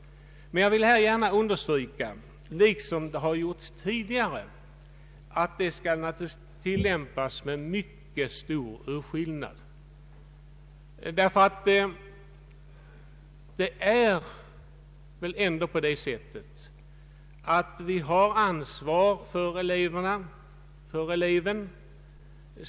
Jag vill dock gärna understryka, liksom gjorts tidigare, att bestämmelsen naturligtvis bör tillämpas med mycket stor utskillning, ty vi har väl ändå ansvar för eleven.